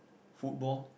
football